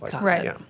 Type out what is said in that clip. Right